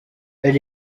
elle